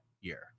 year